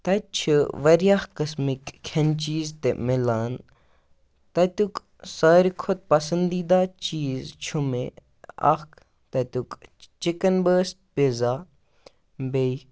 تَتہِ چھِ واریاہ قٕسمٕکۍ کھٮ۪ن چیٖز تہِ مِلان تَتیُک ساروی کھۄتہٕ پَسنٛدیٖدہ چیٖز چھُ مےٚ اَکھ تَتیُک چِکَن بٲسٹ پِزا بیٚیہِ